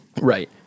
Right